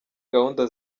gahunda